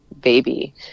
baby